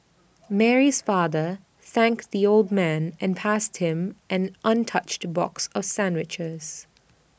Mary's father thanked the old man and passed him an untouched box of sandwiches